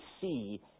see